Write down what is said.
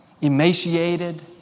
emaciated